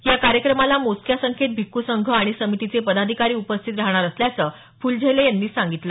या कार्यक्रमाला मोजक्या संख्येत भिक्खुसंघ आणि समितीचे पदाधिकारी उपस्थित राहणार असल्याचं फुलझेले यांनी सांगितलं